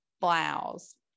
blouse